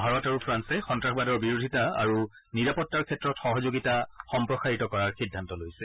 ভাৰত আৰু ফ্ৰান্সে সন্তাসবাদৰ বিৰোধিতা আৰু নিৰাপত্তাৰ ক্ষেত্ৰত সহযোগিতা সম্প্ৰসাৰিত কৰাৰ সিদ্ধান্ত লৈছে